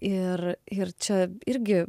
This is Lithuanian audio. ir ir čia irgi